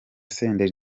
senderi